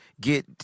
get